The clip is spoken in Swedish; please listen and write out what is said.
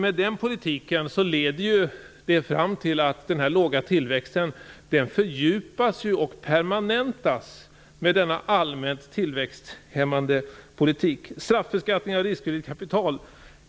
Men den låga tillväxten fördjupas och permanentas med denna allmänt tillväxthämmande politik. Så till straffbeskattningen av riskvilligt kapital.